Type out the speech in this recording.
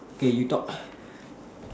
okay you talk